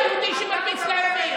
יהודי שמרביץ לערבי.